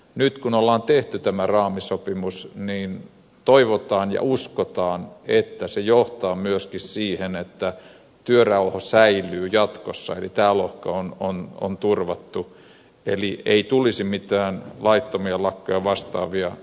nyt kun on tehty tämä raamisopimus niin toivotaan ja uskotaan että se johtaa myöskin siihen että työrauha säilyy jatkossa eli tämä lohko on turvattu eli ei tulisi mitään laittomia lakkoja ja vastaavia